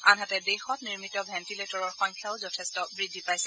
আনহাতে দেশত নিৰ্মিত ভেণ্টিলেটৰৰ সংখ্যাও যথেষ্ট বৃদ্ধি পাইছে